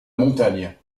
montagne